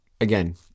Again